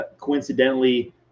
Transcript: coincidentally